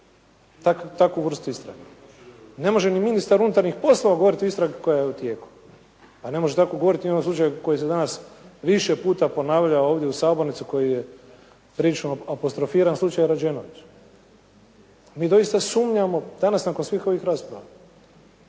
takvu vrstu istrage. Ne može ni ministar unutarnjih poslova govoriti o istrazi koja je u tijeku. A ne može tako govoriti ni o ovom slučaju koji sam danas više puta ponavljao ovdje u sabornici koji je prilično apostrofiran slučaj Rađenović. Mi doista sumnjamo danas nakon svih ovih rasprava